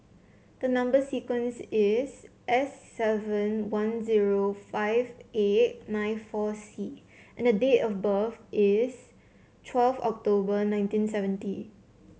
the number sequence is S seven one zero five eight nine four C and the date of birth is twelve October nineteen seventy